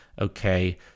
okay